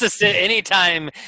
anytime